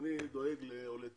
אני דואג לעולי אתיופיה.